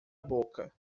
boca